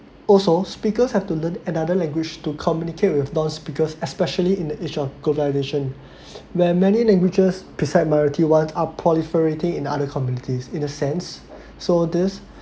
also speakers have to learn another language to communicate with non-speakers especially in the age of globalisation where many languages beside minority ones are proliferating in other communities in a sense so this